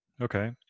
Okay